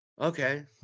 Okay